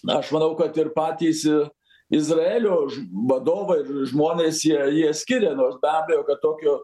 na aš manau kad ir patys izraelio vadovai žmonės jei jie skiria nors be abejo kad tokio